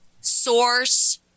source